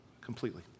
completely